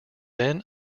then